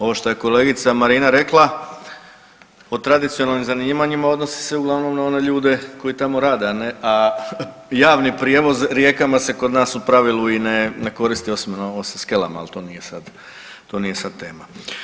Ovo što je kolegica Marina rekla o tradicionalnim zanimanjima odnosi se uglavnom na one ljude koji tamo rade a javni prijevoz rijekama se kod nas u pravilu i ne koristi osim skelama, ali to nije sad, to nije sad tema.